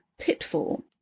Pitfall